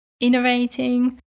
innovating